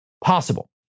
possible